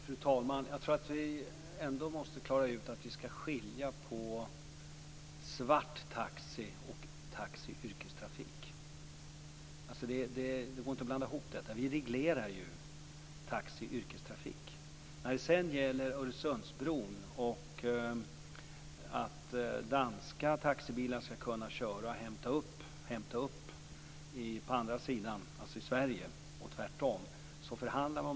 Fru talman! Jag tror att vi måste klara ut att vi skall skilja på svart taxi och taxiyrkestrafik. Det går inte att blanda ihop dessa. Vi reglerar taxiyrkestrafik. När det gäller Öresundsbron och att danska taxibilar skall kunna hämta upp passagerare på andra sidan, alltså i Sverige, och tvärtom för vi förhandlingar.